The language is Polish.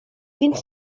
więc